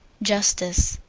justice.